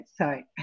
sorry